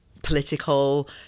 political